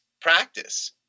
practice